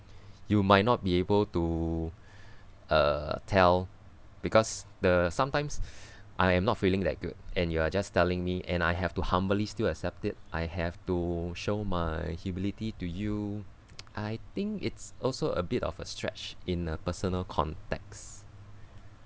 you might not be able to uh tell because the sometimes I am not feeling that good and you are just telling me and I have to humbly still accept it I have to show my humility to you I think it's also a bit of a stretch in a personal context